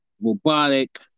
robotic